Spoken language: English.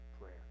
prayer